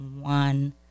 one